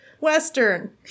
Western